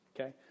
okay